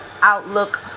outlook